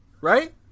right